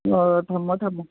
ꯍꯣꯏ ꯊꯝꯃꯣ ꯊꯝꯃꯣ